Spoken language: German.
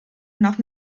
nach